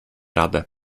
radę